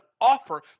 offer